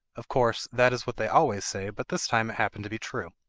of course that is what they always say, but this time it happened to be true.